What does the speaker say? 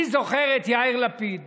אני זוכר את יאיר לפיד